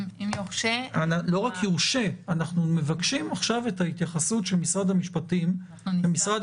אנחנו מבקשים עכשיו את ההתייחסות של משרד המשפטים ומשרד